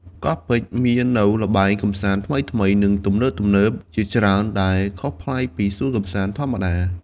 កោះពេជ្រមាននូវល្បែងកម្សាន្តថ្មីៗ និងទំនើបៗជាច្រើនដែលខុសប្លែកពីសួនកម្សាន្តធម្មតា។